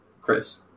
Chris